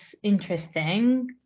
interesting